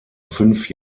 fünf